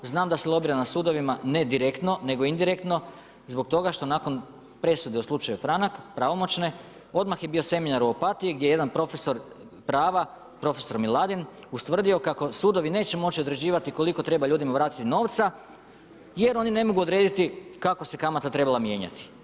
Znam da se lobira na sudovima, ne direktno nego indirektno, zbog toga što nakon presude u slučaju Franak, pravomoćne, odmah je bio seminar u Opatiji, gdje je jedan profesor prava, profesor Miladin, ustvrdio kako sudovi neće moći određivati koliko ljudima treba vratiti novca, jer oni ne mogu odrediti kako se kamata trebala mijenjati.